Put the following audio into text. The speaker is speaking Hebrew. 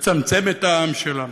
לצמצם את העם שלנו?